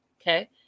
okay